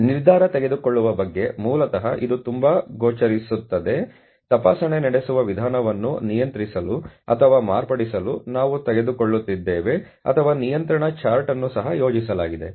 ಆದ್ದರಿಂದ ನಿರ್ಧಾರ ತೆಗೆದುಕೊಳ್ಳುವ ಬಗ್ಗೆ ಮೂಲತಃ ಇದು ತುಂಬಾ ಗೋಚರಿಸುತ್ತದೆ ತಪಾಸಣೆ ನಡೆಸುವ ವಿಧಾನವನ್ನು ನಿಯಂತ್ರಿಸಲು ಅಥವಾ ಮಾರ್ಪಡಿಸಲು ನಾವು ತೆಗೆದುಕೊಳ್ಳುತ್ತಿದ್ದೇವೆ ಅಥವಾ ನಿಯಂತ್ರಣ ಚಾರ್ಟ್ ಅನ್ನು ಸಹ ಯೋಜಿಸಲಾಗಿದೆ